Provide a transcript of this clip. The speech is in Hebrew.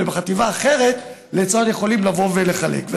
ובחטיבה אחרת יכולים לבוא ולחלק.